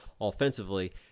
offensively